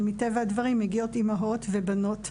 אבל מטבע הדברים מגיעות אימהות ובנות.